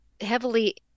heavily